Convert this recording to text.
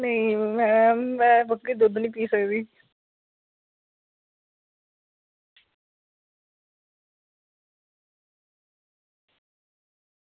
नेईं मैम में बक्करी दा दुद्ध निं पी सकदी